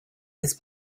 his